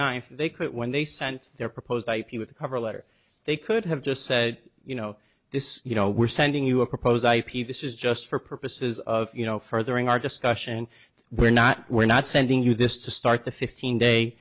ninth they could when they sent their proposed ip with a cover letter they could have just said you know this you know we're sending you a proposed ip this is just for purposes of you know furthering our discussion we're not we're not sending you this to start the fifteen day